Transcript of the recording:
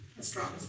let's draw